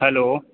hello